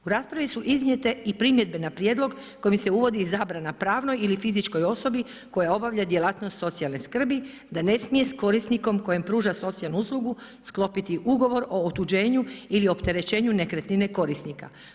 U raspravi su iznijete i primjedbe na prijedlog kojim se uvodi zabrana pravnoj ili fizičkoj osobi koja obavlja djelatnost socijalne skrbi da ne smije s korisnikom kojem pruža socijalnu uslugu sklopiti ugovor o otuđenju ili opterećenju nekretnine korisnika.